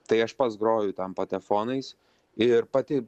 tai aš pats groju ten patefonais ir pati